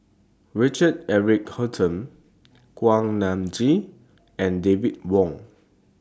Richard Eric Holttum Kuak Nam Jin and David Wong